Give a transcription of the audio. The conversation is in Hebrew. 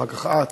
אחר כך את.